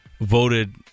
voted